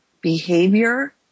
behavior